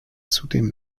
zudem